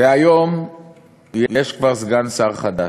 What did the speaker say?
והיום יש כבר סגן שר חדש,